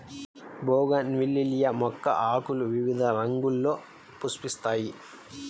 bougainvillea మొక్క ఆకులు వివిధ రంగుల్లో పుష్పిస్తాయి